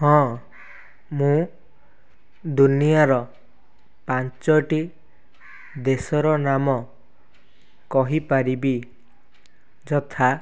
ହଁ ମୁଁ ଦୁନିଆର ପାଞ୍ଚଟି ଦେଶର ନାମ କହିପାରିବି ଯଥା